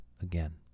again